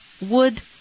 wood